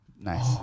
Nice